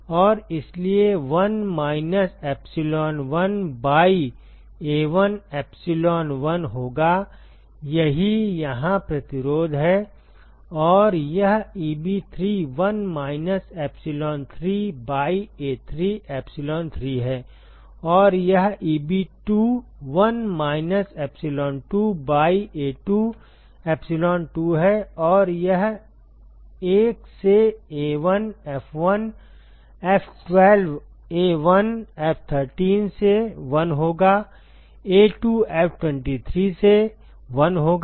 और इसलिए 1 minus epsilon1 by A1 epsilon1 होगा यही यहाँ प्रतिरोध है और यह Eb3 1 minus epsilon3 by A3 epsilon3 है और यह Eb2 1 minus epsilon2 by A2 epsilon2 है और यह 1 से A1F1 F12 A1F13 से 1 होगा A2F23 से 1 होगा